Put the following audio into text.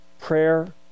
Prayer